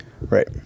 Right